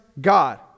God